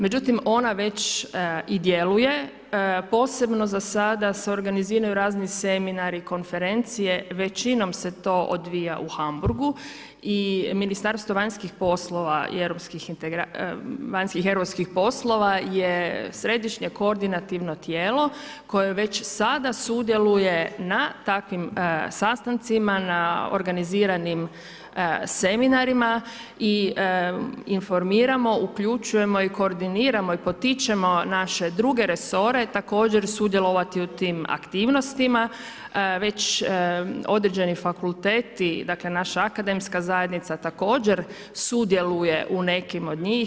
Međutim, ona već i djeluje, posebno za sada se organiziraju razni seminari i konferencije, većinom se to odvija u Hamburgu i Ministarstvo vanjskih i europskih poslova, je središnje koordinativno tijelo koje već sada sudjeluje na takvim sastancima, na organiziranim seminarima i informiramo, uključujemo i koordiniramo i potičemo naše druge resore, također sudjelovati u tim aktivnostima, već određeni fakulteti, dakle, naša akademska zajednica, također sudjeluje u nekim od njih.